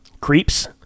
Creeps